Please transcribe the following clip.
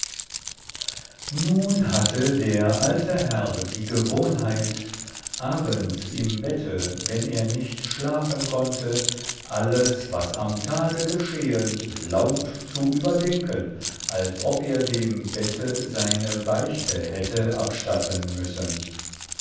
nun hatte der alte herr die gewohnheit abends im bette wenn er nicht schlafen konnte alles was am tage geschehen laut zu überdenken als ob er dem bette seine beichte hätte abstatten müssen